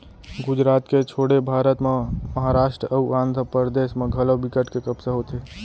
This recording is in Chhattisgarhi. गुजरात के छोड़े भारत म महारास्ट अउ आंध्रपरदेस म घलौ बिकट के कपसा होथे